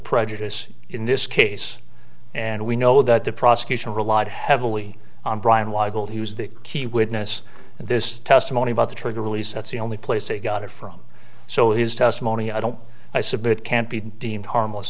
prejudice in this case and we know that the prosecution relied heavily on brian weigel he was the key witness in this testimony about the trigger release that's the only place he got it from so his testimony i don't i submit it can't be deemed harmless